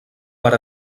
per